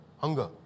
hunger